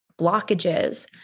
blockages